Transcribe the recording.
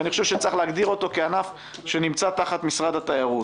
אני חושב שצריך להגדיר אותו כענף שנמצא תחת משרד התיירות.